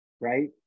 right